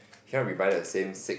you cannot re buy the same sick